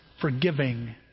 forgiving